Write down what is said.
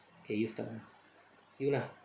okay you start you lah